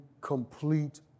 complete